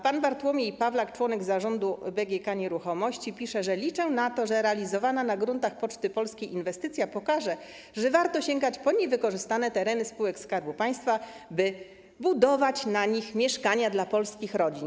Pan Bartłomiej Pawlak, członek zarządu BGK Nieruchomości, pisze: Liczę, że realizowana na gruntach Poczty Polskiej inwestycja pokaże, że warto sięgać po niewykorzystywane tereny spółek Skarbu Państwa, by budować na nich dostępne cenowo mieszkania dla polskich rodzin.